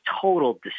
total